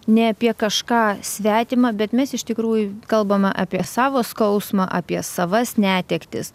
nei apie kažką svetimą bet mes iš tikrųjų kalbama apie savo skausmą apie savas netektis